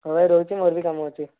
ହଉ ରହୁଛି ମୋର ବି କାମ ଅଛି